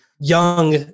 young